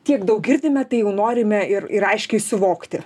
tiek daug girdime tai jau norime ir ir aiškiai suvokti